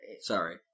Sorry